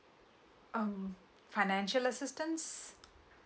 um financial assistance